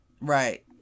Right